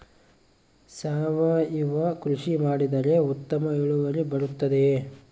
ಸಾವಯುವ ಕೃಷಿ ಮಾಡಿದರೆ ಉತ್ತಮ ಇಳುವರಿ ಬರುತ್ತದೆಯೇ?